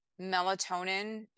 melatonin